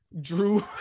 Drew